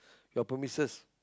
your premises